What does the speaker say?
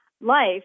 life